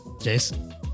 Jason